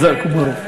אמן ואמן.